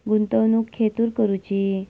गुंतवणुक खेतुर करूची?